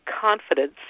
confidence